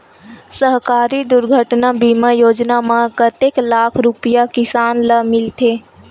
सहकारी दुर्घटना बीमा योजना म कतेक लाख रुपिया किसान ल मिलथे?